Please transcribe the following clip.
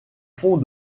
fond